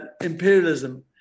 imperialism